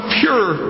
pure